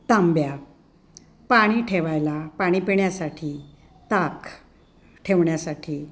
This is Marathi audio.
तांब्या पाणी ठेवायला पाणी पिण्यासाठी ताक ठेवण्यासाठी